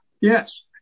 yes